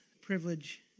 privilege